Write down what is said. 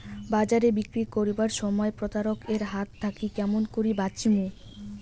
বাজারে বিক্রি করিবার সময় প্রতারক এর হাত থাকি কেমন করি বাঁচিমু?